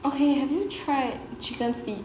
okay have you tried chicken feet